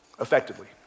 effectively